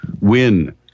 win